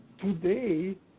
today